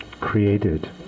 created